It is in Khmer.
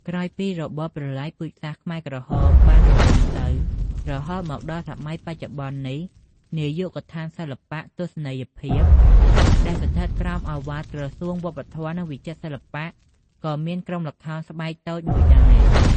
ក្រោយពីរបបប្រល័យពូជសាសន៍ខ្មែរក្រហមបានរលំទៅ រហូតមកដល់សម័យបច្ចុប្បន្ននេះ នាយកដ្ឋានសិល្បៈទស្សនីយភាព ដែលស្ថិតក្រោមឱវាទក្រសួងវប្បធម៌ និងវិចិត្រសិល្បៈ ក៏មានក្រុមល្ខោនស្បែកតូចមួយដែរ។